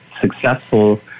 successful